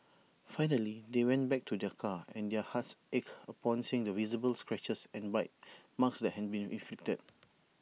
finally they went back to their car and their hearts ached upon seeing the visible scratches and bite marks that had been inflicted